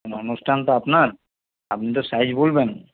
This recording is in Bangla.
অনুষ্ঠান তো আপনার আপনি তো সাইজ বলবেন